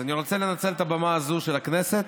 אז אני רוצה לנצל את הבמה הזאת של הכנסת